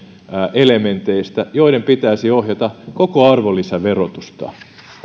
elementeistä joiden pitäisi ohjata koko arvonlisäverotusta